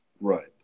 right